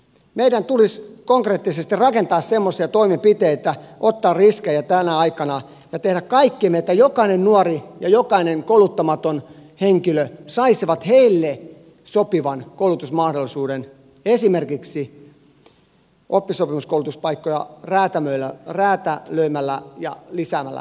meidän tulisi konkreettisesti rakentaa semmoisia toimenpiteitä ottaa riskejä tänä aikana ja tehdä kaikkemme että jokainen nuori ja jokainen kouluttamaton henkilö saisi heille sopivan koulutusmahdollisuuden esimerkiksi räätälöimällä oppisopimuskoulutuspaikkoja ja lisäämällä niiden rahoitusta